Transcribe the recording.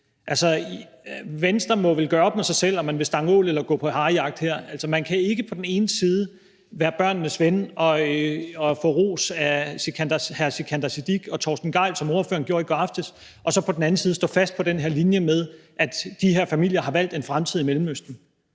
hertil. Venstre må vel her gøre op med sig selv, om man vil stange ål eller gå på harejagt. Man kan ikke på den ene side være børnenes ven og få ros af hr. Sikandar Siddique og hr. Torsten Gejl, som ordføreren gjorde i går aftes, og på den anden side stå fast på den her linje med, at de her familier har valgt en fremtid i Mellemøsten.